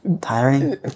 tiring